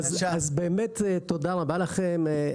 אז באמת תודה רבה לכם.